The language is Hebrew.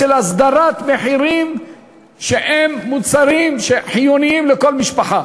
של הסדרת מחירים של מוצרים שחיוניים לכל משפחה.